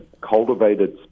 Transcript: cultivated